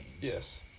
Yes